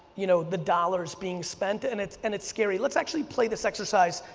you know, the dollars being spent and it's and it's scary, let's actually play this exercise.